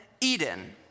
Eden